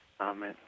Amen